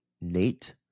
Nate